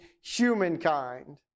humankind